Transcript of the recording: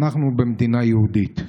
אנחנו במדינה יהודית.